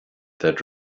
that